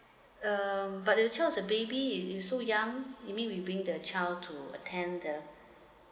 um but child is a baby he he so young maybe we bring the child to attend the